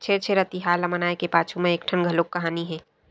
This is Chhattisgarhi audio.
छेरछेरा तिहार ल मनाए के पाछू म एकठन घलोक कहानी हे